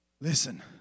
Listen